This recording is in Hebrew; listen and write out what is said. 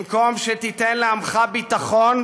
במקום שתיתן לעמך ביטחון,